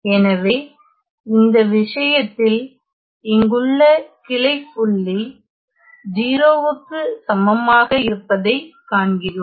எனவே இந்த விஷயத்தில் இங்குள்ள கிளை புள்ளி 0 க்கு சமமாக இருப்பதைக் காண்கிறோம்